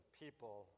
people